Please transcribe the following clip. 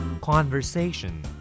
Conversation